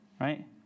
right